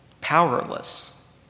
powerless